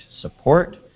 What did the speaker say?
support